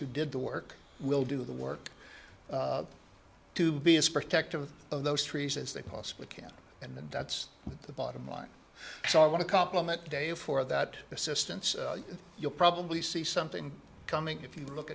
who did the work we'll do the work to be as protective of those trees as they possibly can and that's the bottom line so i want to compliment dave for that assistance you'll probably see something coming if you look